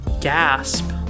Gasp